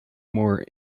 more